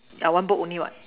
yeah one book only what